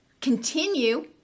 continue